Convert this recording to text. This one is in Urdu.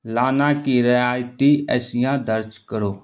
لانا کی رعایتی اشیاء درج کرو